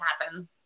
happen